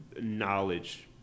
knowledge